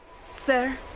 Sir